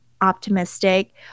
optimistic